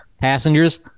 passengers